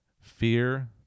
Fear